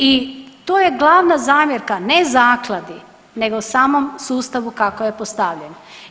I to je glavna zamjerka ne zakladi, nego samom sustavu kako je postavljen.